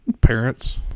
parents